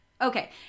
Okay